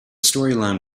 storyline